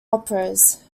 operas